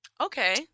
Okay